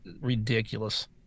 ridiculous